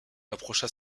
approcha